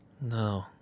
No